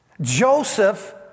Joseph